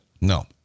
No